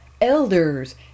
elders